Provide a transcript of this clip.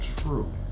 true